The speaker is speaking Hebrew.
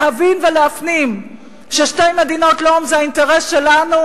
להבין ולהפנים ששתי מדינות זה האינטרס שלנו,